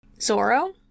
Zoro